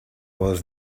was